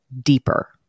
deeper